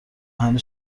همه